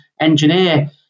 Engineer